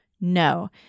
No